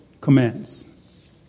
commands